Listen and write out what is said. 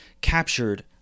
captured